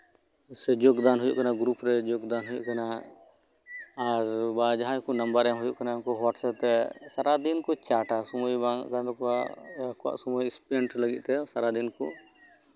ᱥᱮ ᱡᱳᱜ ᱫᱟᱱ ᱦᱩᱭᱩᱜ ᱠᱟᱱᱟ ᱜᱩᱨᱩᱯ ᱨᱮ ᱡᱳᱜ ᱫᱟᱱ ᱦᱩᱭᱩᱜ ᱠᱟᱱᱟ ᱵᱟ ᱡᱟᱸᱦᱟᱭ ᱠᱚ ᱱᱟᱢᱵᱟᱨ ᱮᱢ ᱦᱩᱭᱩᱜ ᱠᱟᱱᱟ ᱦᱳᱴᱟᱥᱥᱮᱯ ᱨᱮ ᱥᱟᱨᱟᱫᱤᱱ ᱪᱟᱴᱼᱟ ᱥᱚᱢᱚᱭ ᱵᱟᱹᱱᱩᱜ ᱛᱟᱠᱚᱣᱟ ᱟᱠᱚᱣᱟᱜ ᱥᱚᱢᱚᱭ ᱮᱥᱯᱮᱱ ᱞᱟᱹᱜᱤᱫᱛᱮ ᱥᱟᱨᱟᱫᱤᱱ ᱠᱚ